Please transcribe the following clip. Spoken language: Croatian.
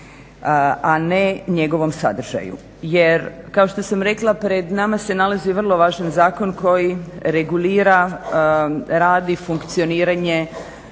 a ne njegovom sadržaju. Jer kao što sam rekla pred nama se nalazi vrlo važan zakon koji regulira rad i funkcioniranje